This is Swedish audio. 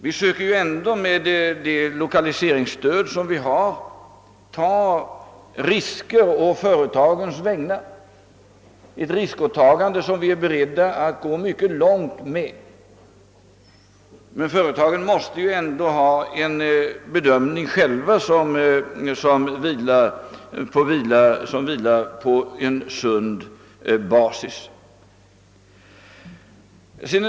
Vi söker ju ändå med lokaliseringsstöd ta risker å företagens vägnar. Det är ett riskåtagande som vi är beredda att gå mycket långt med. Men företagen måste ändå göra en bedömning själva, som vilar på en sund basis.